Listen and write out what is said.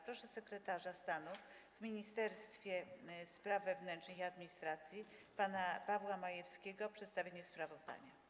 Proszę sekretarza stanu w Ministerstwie Spraw Wewnętrznych i Administracji pana Pawła Majewskiego o przedstawienie sprawozdania.